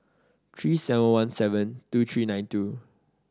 Three seven one seven two three nine two